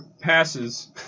passes